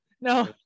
No